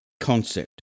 concept